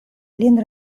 lin